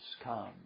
come